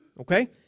Okay